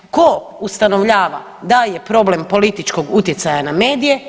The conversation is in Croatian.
Tko ustanovljava da je problem političkog utjecaja na medije?